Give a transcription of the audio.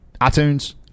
iTunes